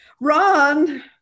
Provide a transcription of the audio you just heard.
Ron